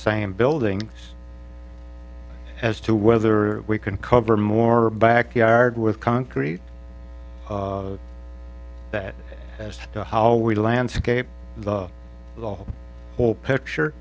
same building as to whether we can cover more or backyard with concrete that as to how we landscape the all whole picture